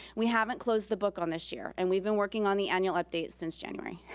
we haven't closed the book on this year, and we've been working on the annual update since january.